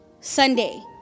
Sunday